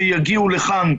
שיגיעו לכאן,